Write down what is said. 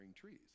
trees